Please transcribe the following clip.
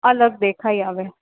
અલગ દેખાઈ આવે